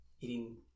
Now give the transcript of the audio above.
eating